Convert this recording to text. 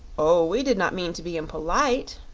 oh, we did not mean to be impolite,